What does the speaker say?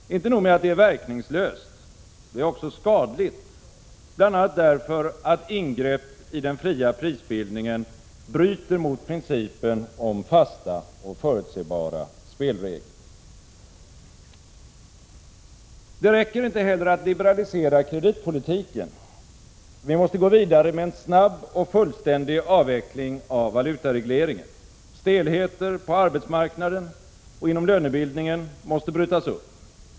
Inte nog med att det är verkningslöst — det är också skadligt, bl.a. därför att ingrepp i den fria prisbildningen bryter mot principen om fasta och förutsebara spelregler. Det räcker inte heller att liberalisera kreditpolitiken — vi måste gå vidare med en snabb och fullständig avveckling av valutaregleringen. Stelheter på arbetsmarknaden och inom lönebildningen måste brytas upp.